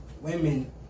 women